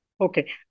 Okay